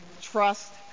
trust